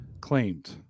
claimed